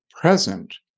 present